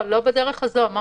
לא בדרך הזאת.